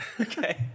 okay